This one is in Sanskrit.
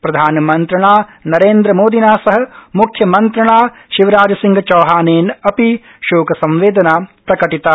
प्रधानमन्त्रिणा नरेन्द्रमोदिना सह म्ख्यमन्त्रिणा शिवराजसिंहचौहानेन अपि शोकसंवेदना प्रकटिता